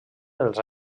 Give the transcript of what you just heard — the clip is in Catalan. dels